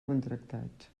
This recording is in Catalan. contractats